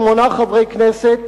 שמונה חברי כנסת,